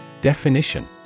Definition